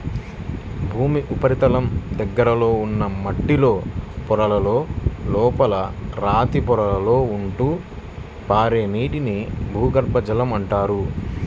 భూమి ఉపరితలం దగ్గరలో ఉన్న మట్టిలో పొరలలో, లోపల రాతి పొరలలో ఉంటూ పారే నీటిని భూగర్భ జలం అంటారు